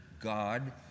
God